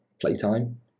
playtime